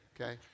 okay